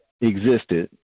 existed